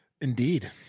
Indeed